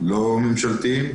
לא ממשלתיים,